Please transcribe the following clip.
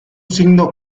signo